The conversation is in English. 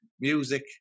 music